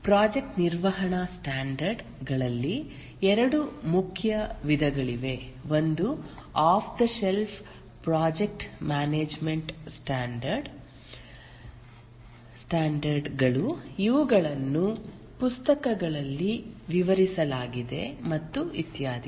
project ನಿರ್ವಹಣಾ standards ಗಳಲ್ಲಿ 2 ಮುಖ್ಯ ವಿಧಗಳಿವೆ ಒಂದು off the shelf project management standard ಗಳು ಇವುಗಳನ್ನು ಪುಸ್ತಕಗಳಲ್ಲಿ ವಿವರಿಸಲಾಗಿದೆ ಮತ್ತು ಇತ್ಯಾದಿ